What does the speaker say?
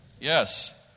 Yes